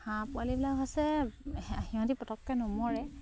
হাঁহ পোৱালিবিলাক হৈছে সিহঁতি পতককে নমৰে